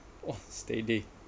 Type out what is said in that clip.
!wow! steady